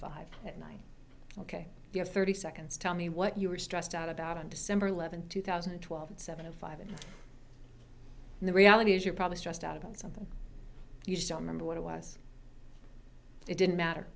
nine ok you have thirty seconds tell me what you were stressed out about on december eleventh two thousand and twelve and seventy five and the reality is you're probably stressed out about something you just don't remember what it was it didn't matter